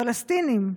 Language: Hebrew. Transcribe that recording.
פלסטינים,